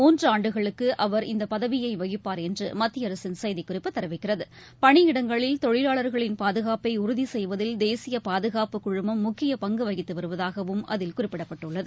மூன்றுஆண்டுகளுக்குஅவர் இப்பதவியைவகிப்பார் என்றுமத்தியஅரசின் செய்திக்குறிப்பு தெிவிக்கிறது பணியிடங்களில் தொழிலாளர்களின் தேசியபாதுகாப்புப் கழுமம் முக்கியபங்குவகித்துவருவதாகவும் அதில் குறிப்பிடப்பட்டுள்ளது